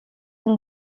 une